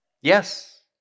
Yes